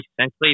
essentially